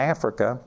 Africa